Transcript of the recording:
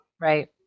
Right